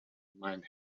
mein